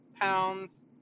pounds